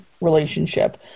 relationship